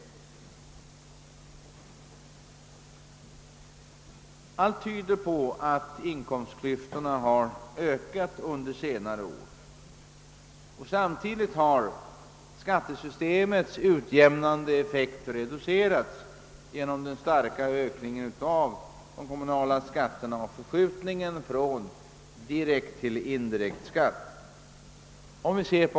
Allt tyder på att inkomstklyftorna har vidgats under senare år. Samtidigt har skattesystemets utjämnande effekt reducerats genom den starka ökningen av de kommunala skatterna och förskjutningen från direkt till indirekt skatt.